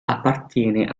appartiene